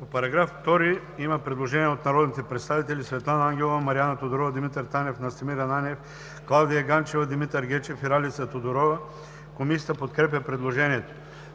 По § 2 има предложение от народните представители Светлана Ангелова, Мариана Тодорова, Димитър Танев, Настимир Ананиев, Клавдия Ганчева, Димитър Гечев и Ралица Тодорова, което е подкрепено от Комисията.